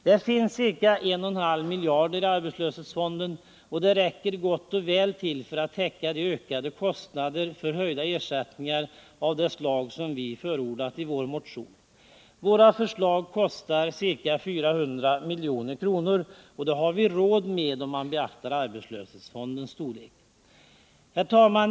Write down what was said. Det finns ca 1,5 miljarder i arbetslöshetsfonden, och det räcker gott och väl till för att täcka de ökade kostnaderna för höjda ersättningar av det slag som vi förordat i vår motion. Våra förslag kostar ca 400 milj.kr., och det har vi råd med, om man beaktar arbetslöshetsfondens storlek. Herr talman!